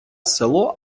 село